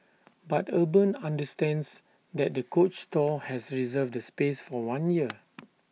but urban understands that the coach store has reserved the space for one year